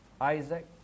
Isaac